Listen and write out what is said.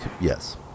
Yes